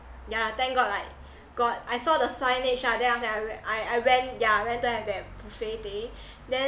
yeah thank god like god I saw the signage ah then after that I we~ I I went yeah went to have that buffet thing then